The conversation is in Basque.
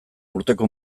urteko